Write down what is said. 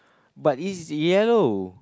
but it's yellow